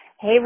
Hey